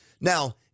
Now